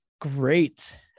Great